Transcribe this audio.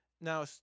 Now